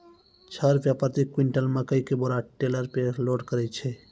छह रु प्रति क्विंटल मकई के बोरा टेलर पे लोड करे छैय?